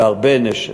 הרבה נשק.